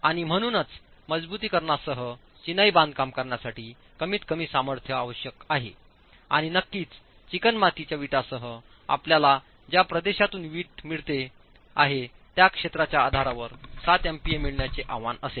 आणि म्हणूनच मजबुतीकरणासह चिनाई बांधकाम करण्यासाठी कमीतकमी सामर्थ्य आवश्यक आहे आणि नक्कीच चिकणमातीच्या विटासह आपल्याला ज्या प्रदेशातून विटा मिळत आहेत त्या क्षेत्राच्या आधारावर 7 एमपीए मिळण्याचे आव्हान असेल